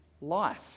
life